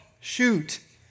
shoot